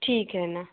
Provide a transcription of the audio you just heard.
ठीक आहे ना